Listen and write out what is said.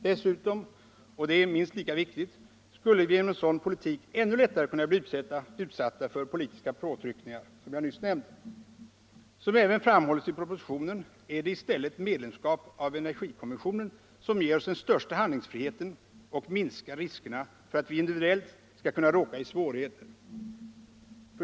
Dessutom, och detta är minst lika viktigt, skulle vi genom en sådan politik ännu lättare kunna bli utsatta för politiska påtryckningar, som jag nyss nämnde. Som även framhålles i propositionen är det i stället medlemskap av energikonventionen som ger oss den största handlingsfriheten och minskar riskerna för att vi individuellt skall kunna råka i svårigheter.